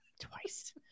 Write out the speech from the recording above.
Twice